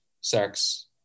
sex